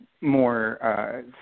more